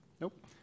Nope